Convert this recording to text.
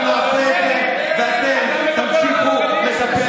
אנחנו נעשה את זה, ואתם תמשיכו לדבר